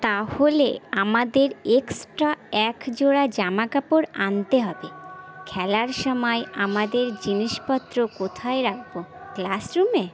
তাহলে আমাদের এক্সট্রা এক জোড়া জামাকাপড় আনতে হবে খেলার সময় আমাদের জিনিসপত্র কোথায় রাখব ক্লাসরুমে